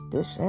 Dus